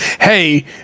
hey